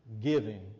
giving